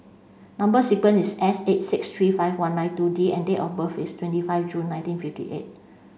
number sequence is S eight six three five one nine two D and date of birth is twenty five June nineteen fifty eight